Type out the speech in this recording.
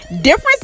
Difference